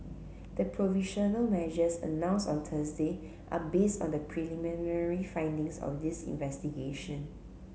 the provisional measures announced on Thursday are base on the preliminary findings of this investigation